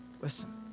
listen